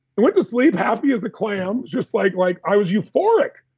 and went to sleep happy as a clam, just like, like i was euphoric.